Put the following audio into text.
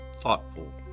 thoughtful